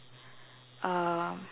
um